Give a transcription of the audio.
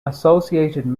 associated